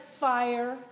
fire